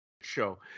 show